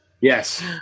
yes